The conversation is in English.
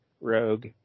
Rogue